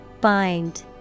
Bind